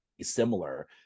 similar